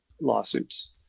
lawsuits